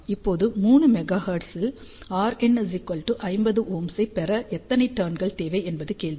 இப்போது 3 மெகா ஹெர்ட்ஸில் Rin 50Ω ஐப் பெற எத்தனை டர்ன் கள் தேவை என்பது கேள்வி